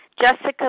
Jessica